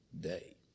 day